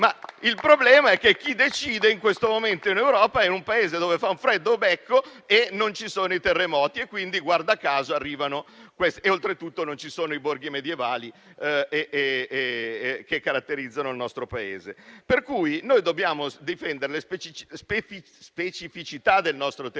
il problema è che chi decide in questo momento in Europa è un Paese dove fa molto freddo e non ci sono i terremoti. Quindi, guarda caso, arrivano queste misure. Oltretutto, in quei Paesi non ci sono i borghi medievali che caratterizzano il nostro Paese. E noi dobbiamo difendere le specificità del nostro territorio.